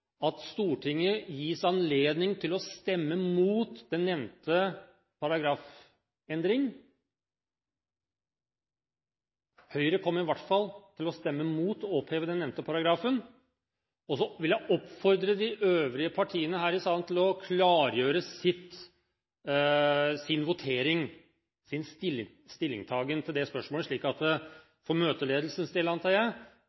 at Stortinget gis anledning til å stemme imot den nevnte paragrafendring. Høyre kommer i hvert fall til å stemme imot å oppheve den nevnte paragrafen. Jeg vil oppfordre de øvrige partiene her i salen til å klargjøre sin stillingtagen til dette spørsmålet. For møteledelsens del – antar jeg – vil det